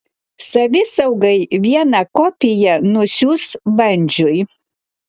savisaugai vieną kopiją nusiųs bandžiui